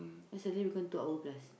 then suddenly become two hour plus